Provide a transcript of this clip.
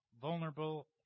vulnerable